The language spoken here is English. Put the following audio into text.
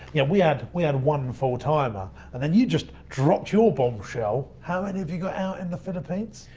yeah we had we had one full timer and then you just dropped your bombshell. how many have you got out in the philippines?